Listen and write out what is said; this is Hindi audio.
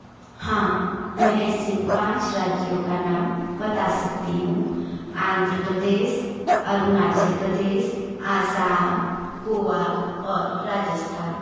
हाँ मैं ऐसे पाँच राज्यों का नाम बता सकती हूँ आंध्र प्रदेश अरुणाचल प्रदेश आसाम गोवा और राजस्थान